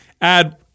Add